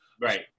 right